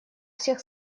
всех